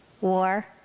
war